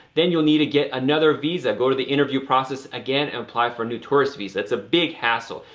then you'll need to get another visa, go to the interview process again and apply for a new tourist visa, it's a big hassle.